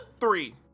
Three